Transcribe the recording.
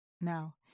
Now